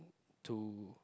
to